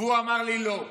והוא אמר לי לא.